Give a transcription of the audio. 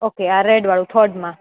okay આ રેડવાળું થર્ડમાં